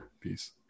Peace